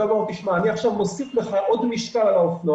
אתה אומר לו: עכשיו אני מוסיף לך עוד משקל על האופנוע,